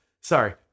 sorry